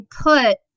put